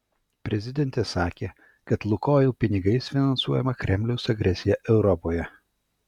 prezidentė sakė kad lukoil pinigais finansuojama kremliaus agresija europoje